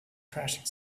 crashing